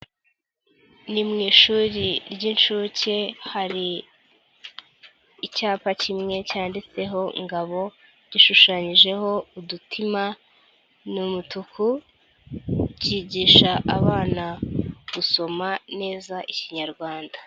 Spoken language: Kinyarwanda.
Ni mu ishuri ry'inshuke, hari icyapa kimwe cyanditseho Ngabo, gishushanyijeho udutima, ni umutuku, kigisha abana gusoma neza Ikinyarwanda.